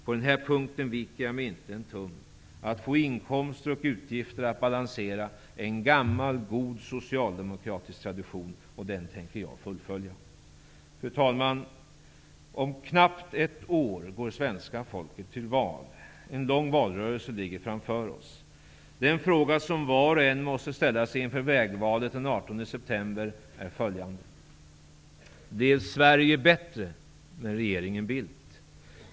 På den här punkten viker jag mig inte en tum. Att få inkomster och utgifter att balansera är en gammal god socialdemokratisk tradition, och den tänker jag fullfölja. Fru talman! Om knappt ett år går svenska folket till val. En lång valrörelse ligger framför oss. De frågor som var och en måste ställa sig inför vägvalet den 18 september är följande: --Blev Sverige bättre med regeringen Bildt?